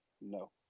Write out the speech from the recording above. No